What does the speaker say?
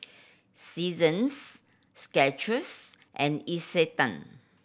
Seasons Skechers and Isetan